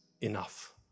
enough